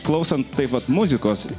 klausant taip vat muzikos